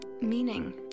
meaning